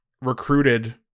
recruited